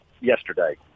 yesterday